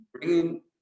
bringing